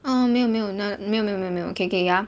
oh 没有没有没有没有没有没有 K K ya